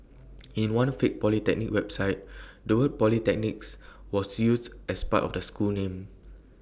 in one fake polytechnic website the word polytechnics was used as part of the school name